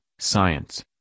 science